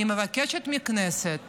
אני מבקשת מהכנסת